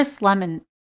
lemon